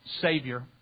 Savior